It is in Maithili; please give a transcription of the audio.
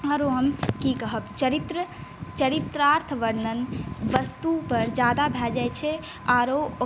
आरो हम की कहब चरित्र चरित्रार्थ वर्णन वस्तुपर ज्यादा भऽ जाइ छै आओर